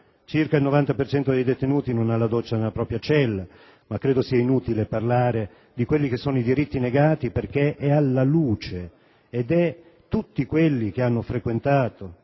per cento dei detenuti non ha la doccia nella propria cella, ma credo sia inutile parlare di quelli che sono i diritti negati perché sono alla luce e tutti quelli che hanno frequentato